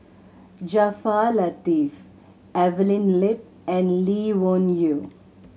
Jaafar Latiff Evelyn Lip and Lee Wung Yew